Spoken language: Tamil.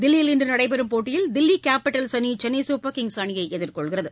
தில்லியில் இன்று நடைபெறும் போட்டியில் தில்லி கேபிடல்ஸ் அணி சென்னை சூப்பர் கிங்ஸ் அணியை எதிர்கொள்கிறது